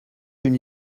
une